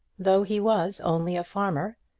though he was only a farmer,